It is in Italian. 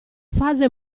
fase